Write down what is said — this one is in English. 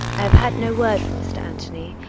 i have had no word from mr. anthony,